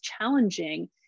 challenging